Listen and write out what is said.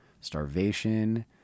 starvation